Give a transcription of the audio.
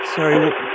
Sorry